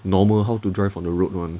normal how to drive on the road [one]